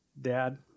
dad